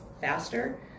faster